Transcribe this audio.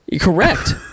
correct